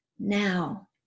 Now